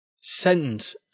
sentence